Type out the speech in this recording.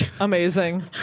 amazing